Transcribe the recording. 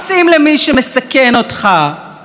עולים עליו עם D9, כן.